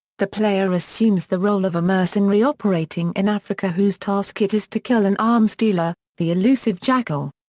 the player assumes the role of a mercenary operating in africa whose task it is to kill an arms dealer, the elusive jackal.